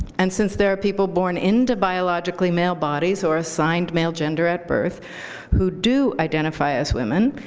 and since there are people born into biologically male bodies or assigned male gender at birth who do identify as women,